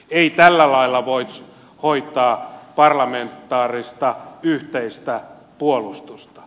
ei tällä lailla voi hoitaa parlamentaarista yhteistä puolustusta